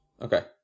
Okay